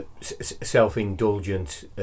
self-indulgent